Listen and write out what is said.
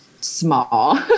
small